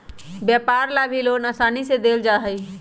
व्यापार ला भी लोन आसानी से देयल जा हई